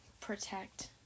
protect